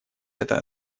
это